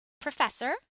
professor